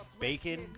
Bacon